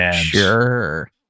Sure